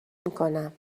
میکنم